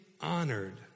honored